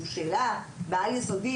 בעל-יסודי,